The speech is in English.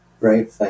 right